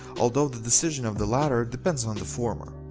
although the decision of the latter depends on the former.